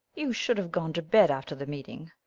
you should have gone to bed after the meeting.